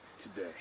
today